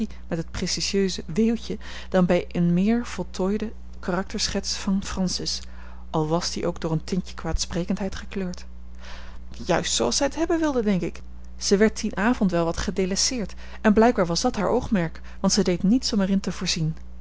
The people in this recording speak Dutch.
met het précieuse weeuwtje dan bij eene meer voltooide karakterschets van francis al was die ook door een tintje kwaadsprekendheid gekleurd juist zooals zij het hebben wilde denk ik zij werd dien avond wel wat gedelaisseerd en blijkbaar was dat haar oogmerk want zij deed niets om er in te voorzien